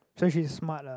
so she is smart lah